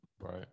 Right